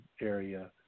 area